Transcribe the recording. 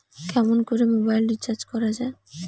কেমন করে mobile recharge করা য়ায়?